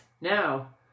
Now